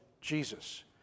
Jesus